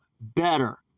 better